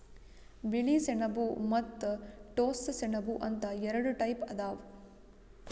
ಬಿಳಿ ಸೆಣಬ ಮತ್ತ್ ಟೋಸ್ಸ ಸೆಣಬ ಅಂತ್ ಎರಡ ಟೈಪ್ ಅದಾವ್